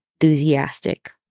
enthusiastic